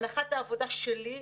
הנחת העבודה שלי,